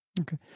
Okay